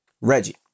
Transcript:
Reggie